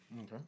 Okay